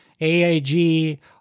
AIG